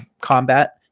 combat